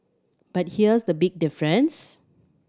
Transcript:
but here's the big difference